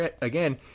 again